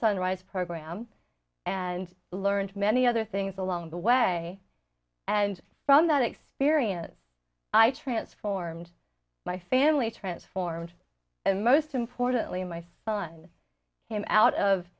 sunrise program and learned many other things along the way and from that experience i transformed my family transformed and most importantly my son came out of